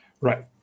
right